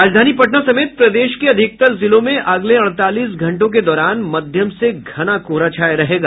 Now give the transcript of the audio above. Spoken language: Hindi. राजधानी पटना समेत प्रदेश के अधिकतर जिलों में अगले अड़तालीस घंटों के दौरान मध्यम से घना कोहरा छाया रहेगा